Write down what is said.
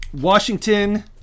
Washington